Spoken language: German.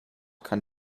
kann